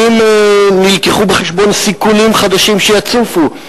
האם הובאו בחשבון סיכונים חדשים שיצופו?